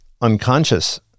unconscious